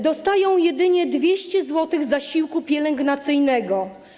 Dostają jedynie 200 zł zasiłku pielęgnacyjnego.